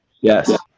yes